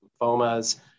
lymphomas